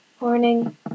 Morning